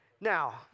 Now